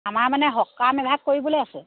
আমাৰ মানে সকাম এভাগ কৰিবলৈ আছে